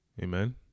amen